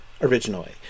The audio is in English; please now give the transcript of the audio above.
originally